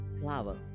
flower